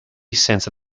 senza